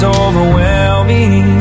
overwhelming